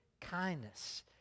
kindness